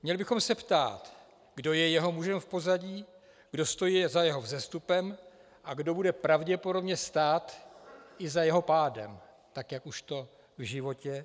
Měli bychom se ptát, kdo je jeho mužem v pozadí, kdo stojí za jeho vzestupem a kdo bude pravděpodobně stát i za jeho pádem, tak jak už to v životě bývá.